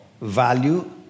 value